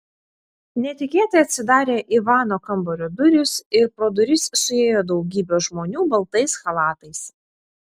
netikėtai atsidarė ivano kambario durys ir pro duris suėjo daugybė žmonių baltais chalatais